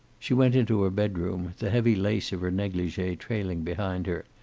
she went into her bedroom, the heavy lace of her negligee trailing behind her,